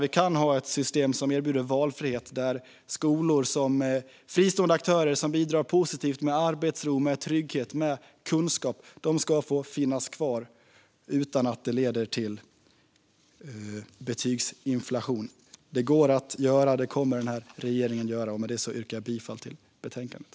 Vi kan ha ett system som erbjuder valfrihet där fristående aktörer som bidrar positivt med arbetsro, trygghet och kunskap får finnas kvar utan att det leder till betygsinflation. Regeringen kommer att uppnå detta. Jag yrkar bifall till utskottets förslag.